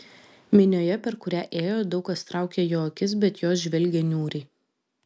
minioje per kurią ėjo daug kas traukė jo akis bet jos žvelgė niūriai